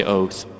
oath